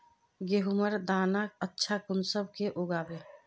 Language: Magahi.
गेहूँर दाना अच्छा कुंसम के उगबे?